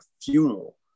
funeral